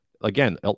again